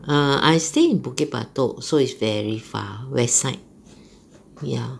err I stay in bukit batok so it's very far west side ya